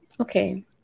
okay